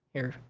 here.